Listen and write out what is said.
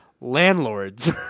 landlords